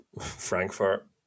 Frankfurt